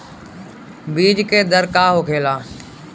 बीज के दर का होखेला?